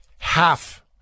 Half